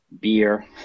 beer